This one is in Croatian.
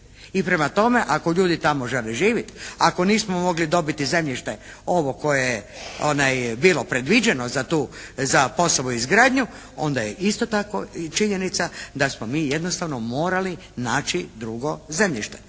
I prema tome, ako ljudi tamo žele živjeti, ako nismo mogli dobiti zemljište ovo koje je bilo predviđeno za POS-ovu izgradnju onda je isto tako i činjenica da smo mi jednostavno morali naći drugo zemljište.